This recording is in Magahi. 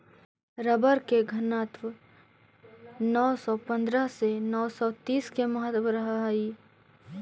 रबर के घनत्व नौ सौ पंद्रह से नौ सौ तीस के मध्य रहऽ हई